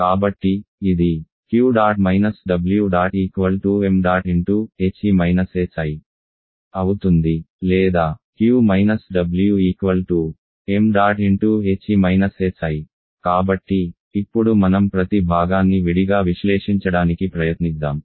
కాబట్టి ఇది Q̇ − Ẇ ṁ అవుతుంది లేదా q w ṁ కాబట్టి ఇప్పుడు మనం ప్రతి భాగాన్ని విడిగా విశ్లేషించడానికి ప్రయత్నిద్దాం